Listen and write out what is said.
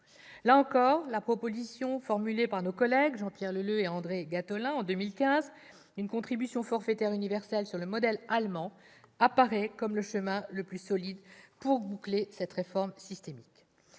Là encore, la proposition formulée par nos collègues Jean-Pierre Leleux et André Gattolin, en 2015, d'une contribution forfaitaire universelle sur le modèle allemand apparaît comme le chemin le plus solide pour boucler cette réforme systémique.